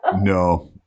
No